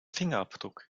fingerabdruck